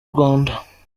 rwanda